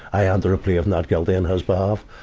i enter a plea of not guilty on his behalf.